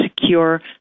secure